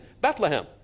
Bethlehem